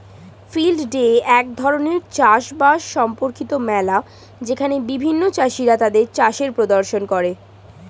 field day এক ধরণের চাষ বাস সম্পর্কিত মেলা যেখানে বিভিন্ন চাষীরা তাদের চাষের প্রদর্শন করে